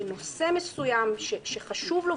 בנושא מסוים שחשוב לו,